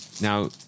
Now